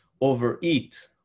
overeat